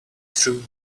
true